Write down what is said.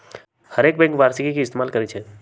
हरेक बैंक वारषिकी के इस्तेमाल करई छई